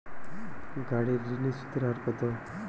গাড়ির ঋণের সুদের হার কতো?